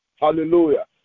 Hallelujah